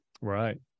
Right